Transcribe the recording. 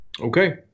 Okay